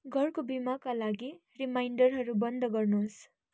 घरको बिमाका लागि रिमाइन्डरहरू बन्द गर्नुहोस्